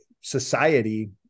society